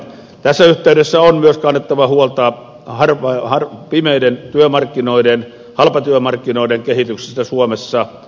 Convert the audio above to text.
tässä yhteydessä on myös kannettava huolta pimeiden työmarkkinoiden halpatyömarkki noiden kehityksestä suomessa